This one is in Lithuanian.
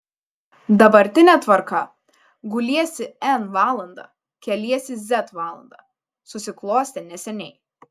dabartinė tvarka guliesi n valandą keliesi z valandą susiklostė neseniai